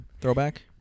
throwback